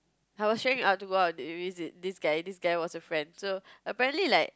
I was trying out to go out visit this guy this guy was a friend apparently like